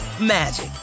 magic